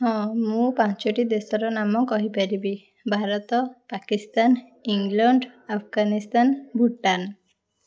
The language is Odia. ହଁ ମୁଁ ପାଞ୍ଚଟି ଦେଶର ନାମ କହିପାରିବି ଭାରତ ପାକିସ୍ତାନ ଇଂଲଣ୍ଡ ଆଫଗାନିସ୍ତାନ ଭୁଟାନ